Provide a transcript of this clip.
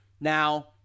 Now